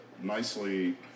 nicely